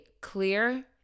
clear